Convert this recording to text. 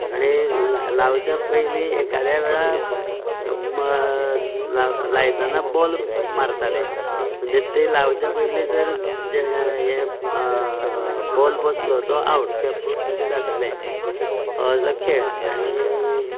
आनी ला लावच्या पयली एखाद्या वेळार लायतना बॉल मारताले म्हणजे तें लावच्या पयली जर बॉल बसलो तर तो आवट अशें जाताले असो खेळ आनी